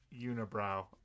unibrow